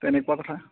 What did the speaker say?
তেনেকুৱা কথা